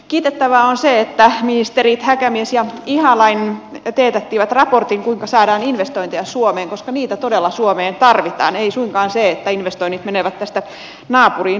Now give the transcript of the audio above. kiitettävää on se että ministerit häkämies ja ihalainen teetättivät raportin siitä kuinka saadaan investointeja suomeen koska niitä todella suomeen tarvitaan ei suinkaan sitä että investoinnit menevät tästä naapuriin ruotsiin